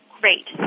great